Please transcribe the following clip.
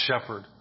shepherd